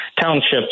townships